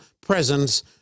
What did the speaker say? presence